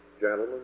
gentlemen